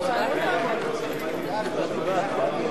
אי-אמון בממשלה לא נתקבלה.